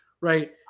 right